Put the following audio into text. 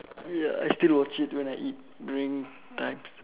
ya I still watch it when I eat during times